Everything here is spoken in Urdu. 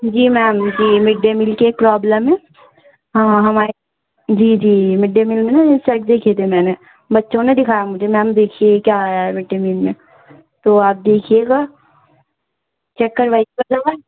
جی میم جی مڈ ڈے میل کی ایک پرابلم ہے ہاں ہمارے جی جی مڈ ڈے میل میں نا چیک کیے تھے میں نے بچوں نے دکھایا مجھے میم دیکھیے کیا آیا ہے مڈ ڈے میل میں تو آپ دیکھیے گا چیک کروائیے گا ادروائز